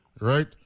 right